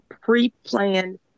pre-planned